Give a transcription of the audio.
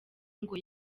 ngo